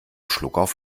schluckauf